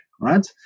right